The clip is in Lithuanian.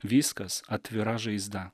viskas atvira žaizda